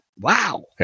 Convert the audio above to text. Wow